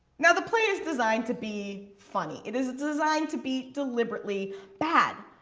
now the play is designed to be funny. it is designed to be deliberately bad,